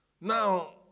now